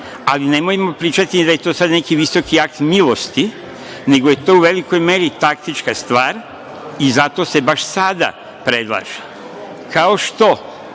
Ali, nemojmo pričati da je to sad neki visoki akt milosti, nego je to u velikoj meri taktička stvar i zato se baš sada predlaže. Kao što,